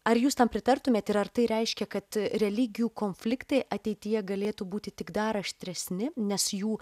ar jūs tam pritartumėt ir ar tai reiškia kad religijų konfliktai ateityje galėtų būti tik dar aštresni nes jų